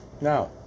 Now